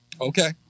Okay